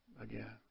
again